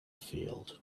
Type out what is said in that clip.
field